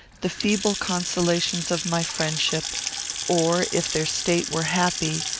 the feeble consolations of my friendship or, if their state were happy,